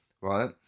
right